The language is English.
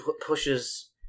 pushes